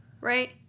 right